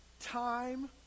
time